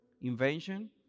invention